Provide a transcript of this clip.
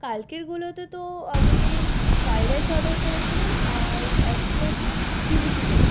কালকেরগুলোতে তো আমি fried rice order করেছিলাম আর এক প্লেট চিলি চিকেন